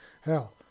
Hell